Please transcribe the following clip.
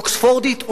אוקספורדית,